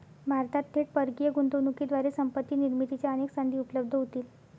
भारतात थेट परकीय गुंतवणुकीद्वारे संपत्ती निर्मितीच्या अनेक संधी उपलब्ध होतील